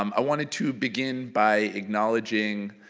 um i wanted to begin by acknowledging